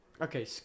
Okay